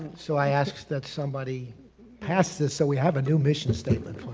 so i asked that somebody pass this so we have a new mission statement.